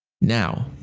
Now